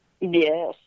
Yes